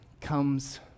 Comes